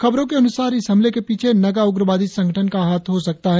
खबरों के अनुसार इस हमले के पीछे नगा उग्रवादी संगठन का हाथ हो सकता है